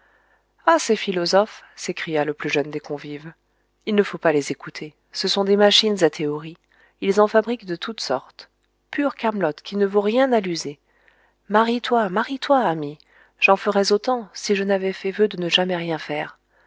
ah ces philosophes s'écria le plus jeune des convives il ne faut pas les écouter ce sont des machines à théories ils en fabriquent de toute sorte pure camelote qui ne vaut rien à l'user marie-toi marie-toi ami j'en ferais autant si je n'avais fait voeu de ne jamais rien faire